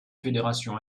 fédérations